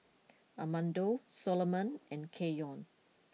Armando Soloman and Keyon